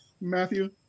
Matthew